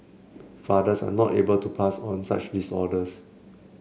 fathers are not able to pass on such disorders